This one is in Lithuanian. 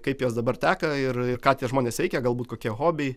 kaip jos dabar teka ir ir ką tie žmonės veikia galbūt kokie hobiai